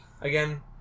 Again